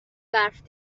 برف